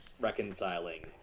reconciling